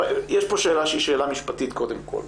יש פה שאלה שהיא שאלה משפטית קודם כל.